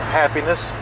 happiness